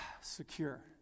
secure